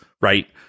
right